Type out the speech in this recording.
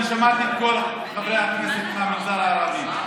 אני שמעתי את כל חברי הכנסת מהמגזר הערבי,